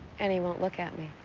and he won't look at me.